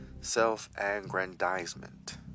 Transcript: self-aggrandizement